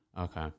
okay